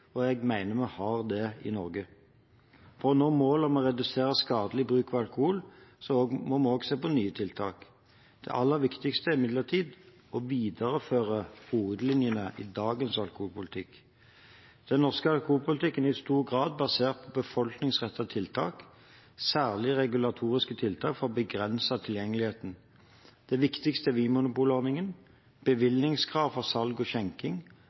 alkoholpolitikk. Jeg mener vi har det i Norge. For å nå målet om redusert skadelig bruk av alkohol må vi også se på nye tiltak. Det aller viktigste er imidlertid å videreføre hovedlinjene i dagens alkoholpolitikk. Den norske alkoholpolitikken er i stor grad basert på befolkningsrettede tiltak, særlig regulatoriske tiltak for å begrense tilgjengeligheten. De viktigste er Vinmonopol-ordningen, bevillingskrav for salg og skjenking,